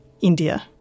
India